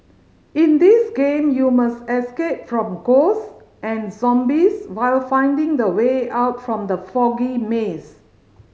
in this game you must escape from ghost and zombies while finding the way out from the foggy maze